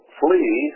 flee